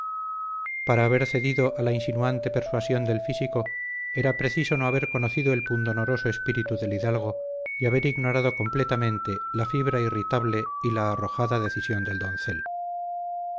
para haber cedido a la insinuante persuasión del físico era preciso no haber conocido el pundonoroso espíritu del hidalgo y haber ignorado completamente la fibra irritable y la arrojada decisión del doncel